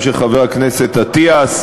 גם של חבר הכנסת אטיאס,